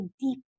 deep